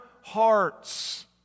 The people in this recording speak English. hearts